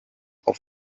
auf